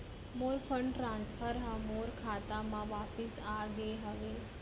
मोर fund transfer हा मोर खाता मा वापिस आ गे हवे